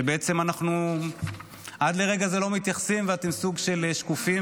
שבעצם אנחנו עד לרגע זה לא מתייחסים ואתם סוג של שקופים,